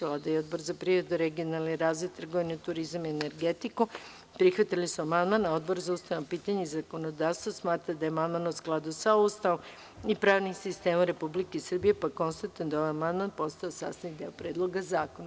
Vlada i Odbor za privredu, regionalni razvoj, trgovinu, turizam i energetiku prihvatili su amandman, a Odbor za ustavna pitanja i zakonodavstvo smatra da je amandman u skladu sa Ustavom i pravnim sistemom Republike Srbije, pa konstatujem da je ovaj amandman postao sastavni deo Predloga zakona.